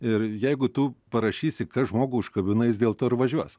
ir jeigu tu parašysi kas žmogų užkabina jis dėl to ir važiuos